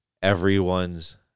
Everyone's